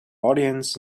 audience